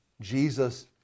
Jesus